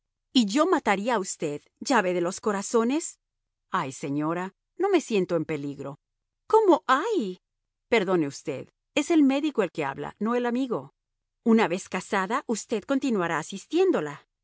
y yo mataría a usted llave de los corazones ay señora no me siento en peligro cómo ay perdone usted es el médico el que habla no el amigo una vez casada usted continuará asistiéndola